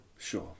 Sure